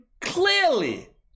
clearly